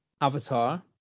Avatar